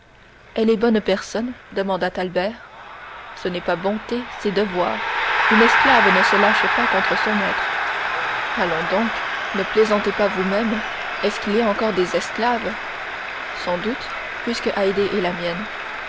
elle est bonne personne demanda albert ce n'est pas bonté c'est devoir une esclave ne se lâche pas contre son maître allons donc ne plaisantez pas vous-même est-ce qu'il y a encore des esclaves sans doute puisque haydée est la mienne